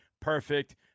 perfect